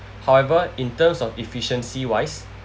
however in terms of efficiency wise